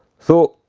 so,